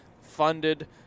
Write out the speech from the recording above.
funded